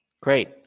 great